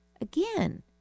again